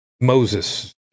moses